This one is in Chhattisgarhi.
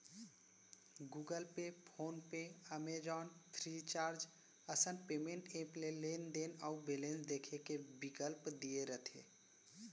Google Pay, PhonePe, Amazon, free charge असन पेंमेंट ऐप ले लेनदेन अउ बेलेंस देखे के बिकल्प दिये रथे